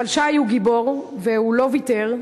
אבל שי הוא גיבור והוא לא ויתר.